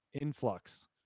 influx